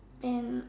and